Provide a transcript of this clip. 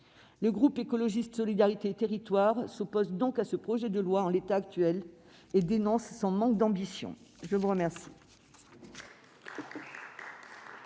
Le groupe Écologiste - Solidarité et Territoires s'oppose donc à ce projet de loi en l'état actuel et dénonce son manque d'ambition. La parole